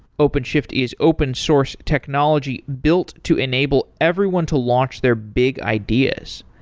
openshift is open source technology built to enable everyone to launch their big ideas.